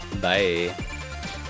bye